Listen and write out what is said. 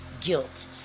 guilt